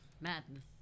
Madness